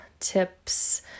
tips